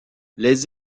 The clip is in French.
les